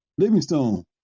Livingstone